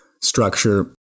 structure